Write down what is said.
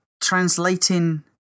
translating